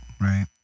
right